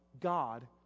God